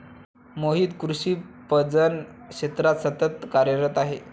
मोहित कृषी पणन क्षेत्रात सतत कार्यरत आहे